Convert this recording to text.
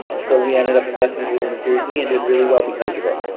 and so we ended up investing in uber in a series b and did really well because of it.